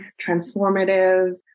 transformative